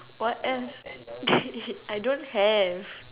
what else I don't have